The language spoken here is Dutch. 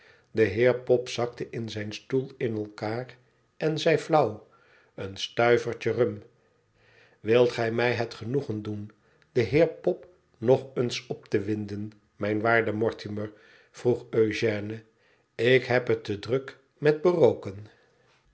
de heer pop zakte in zijn stoei in elkaar en zei dauw en stuivertje rum wiit gij mij het genoegen doen den heer pop nog eens op te winden mijn waarde mortimer vroeg èugène ik heb het te druk met betooken